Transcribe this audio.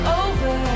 over